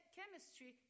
chemistry